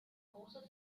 große